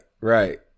right